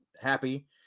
happy